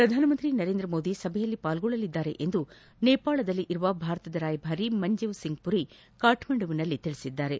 ಪ್ರಧಾನಮಂತ್ರಿ ನರೇಂದ್ರಮೋದಿ ಸಭೆಯಲ್ಲಿ ಪಾಲ್ಗೊಳ್ಳಲಿದ್ದಾರೆ ಎಂದು ನೇಪಾಳದಲ್ಲಿನ ಭಾರತದ ರಾಯಭಾರಿ ಮಂಜೀವ್ ಸಿಂಗ್ಮರಿ ಕಠ್ಠಂಡುವಿನಲ್ಲಿ ತಿಳಿಸಿದ್ದಾರೆ